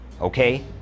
Okay